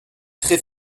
très